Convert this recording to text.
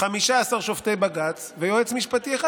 15 שופטי בג"ץ ויועץ משפטי אחד.